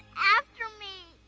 after me.